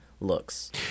looks